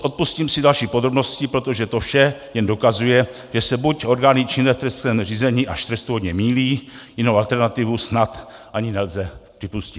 Odpustím si další podrobnosti, protože to vše jen dokazuje, že se buď orgány činné v trestním řízení až trestuhodně mýlí, jinou alternativu snad ani nelze připustit.